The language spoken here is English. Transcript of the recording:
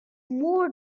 more